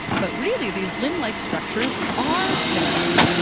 but really these limb-like structures are fins,